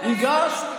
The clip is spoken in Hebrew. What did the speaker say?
הגשת?